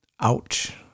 Ouch